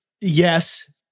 Yes